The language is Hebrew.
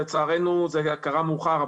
לצערנו זה קרה מאוחר,